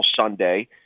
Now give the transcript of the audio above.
Sunday